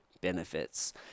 benefits